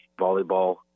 volleyball